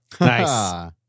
Nice